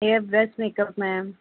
air brush makeup ma'am